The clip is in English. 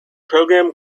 program